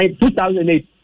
2008